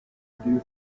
reduce